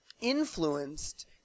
influenced